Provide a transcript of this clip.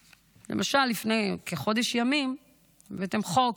למשל, לפני כחודש ימים הבאתם חוק,